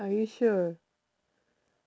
are you sure